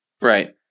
Right